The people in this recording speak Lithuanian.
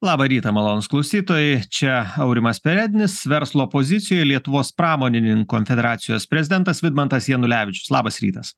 labą rytą malonūs klausytojai čia aurimas perednis verslo pozicijoj lietuvos pramonininkų konfederacijos prezidentas vidmantas janulevičius labas rytas